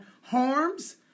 harms